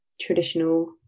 traditional